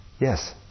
Yes